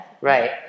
Right